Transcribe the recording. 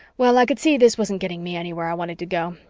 well, i could see this wasn't getting me anywhere i wanted to go,